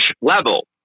level